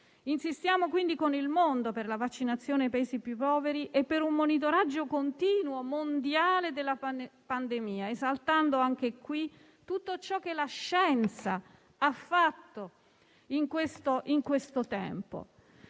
Insistiamo quindi con il mondo per la vaccinazione nei Paesi più poveri e per un monitoraggio continuo e mondiale della pandemia, esaltando tutto ciò che la scienza ha fatto in questo tempo.